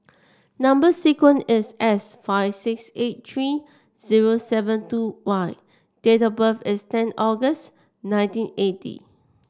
number sequence is S five six eight three zero seven two Y date of birth is ten August nineteen eighty